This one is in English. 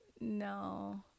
no